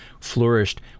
flourished